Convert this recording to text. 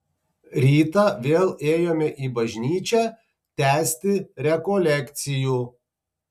rytą vėl ėjome į bažnyčią tęsti rekolekcijų